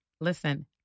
listen